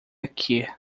aqui